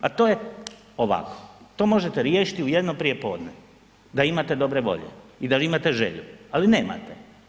A to je ovako, to možete riješiti u jedno prijepodne da imate dobre volje i da imate želju, ali nemate.